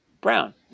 Brown